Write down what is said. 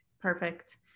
perfect